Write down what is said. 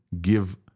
give